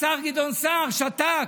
השר גדעון סער, שתק.